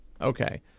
okay